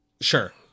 Sure